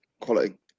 Quality